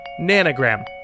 Nanogram